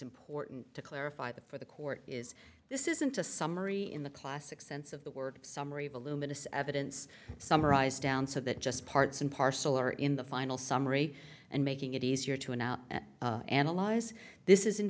important to clarify that for the court is this isn't a summary in the classic sense of the word summary voluminous evidence summarized down so that just parts and parcel are in the final summary and making it easier to a now analyze this is in